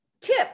tip